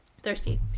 thirsty